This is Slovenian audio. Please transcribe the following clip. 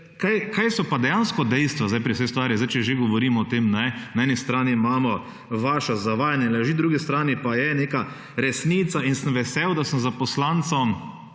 kaj so pa dejansko dejstva zdaj pri vsej stvari. Zdaj če že govorimo o tem, na eni strani imamo vaša zavajanja, laži, na drugi strani pa je neka resnica in sem vesel, da sem za poslancem,